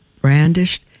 brandished